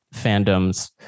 fandoms